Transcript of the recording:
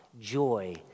joy